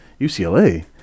UCLA